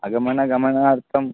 आगमनगमनार्थं